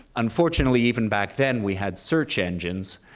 unfortunately, even back then, we had search engines,